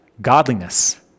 Godliness